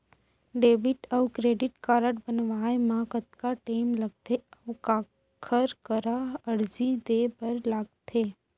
Debit अऊ credit card बनवाए मा कतका टेम लगथे, अऊ काखर करा अर्जी दे बर लगथे?